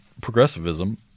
progressivism